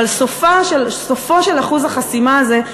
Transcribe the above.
אבל סופו של אחוז החסימה הזה,